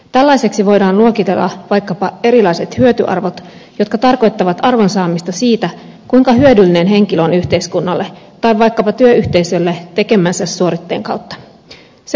tällaiseksi voidaan luokitella vaikkapa erilaiset hyötyarvot jotka tarkoittavat arvon saamista siitä kuinka hyödyllinen henkilö on yhteiskunnalle tai vaikkapa työyhteisölle tekemänsä suoritteen kautta